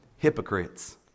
hypocrites